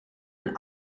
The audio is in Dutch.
een